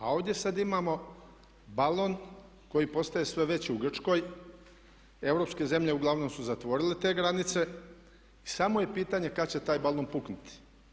A ovdje sada imamo balon koji postaje sve veći u Grčkoj, europske zemlje uglavnom su zatvorile te granice i samo je pitanje kada će taj balon puknuti.